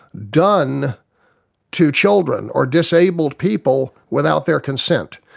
done to children or disabled people without their consent.